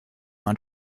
man